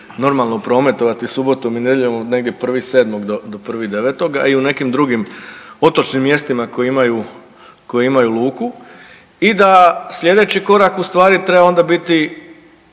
normalno prometovati subotom i nedjeljom negdje 1.7. do 1.9., a i u nekim drugim otočnim mjestima koji imaju luku i da sljedeći korak ustvari treba onda biti